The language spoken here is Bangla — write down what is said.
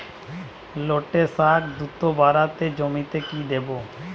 লটে শাখ দ্রুত বাড়াতে জমিতে কি দেবো?